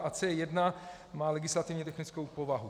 C1 má legislativně technickou povahu.